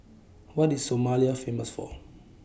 What IS Somalia Famous For